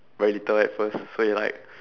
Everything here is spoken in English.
very little at first so you like